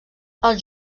els